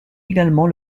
également